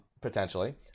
potentially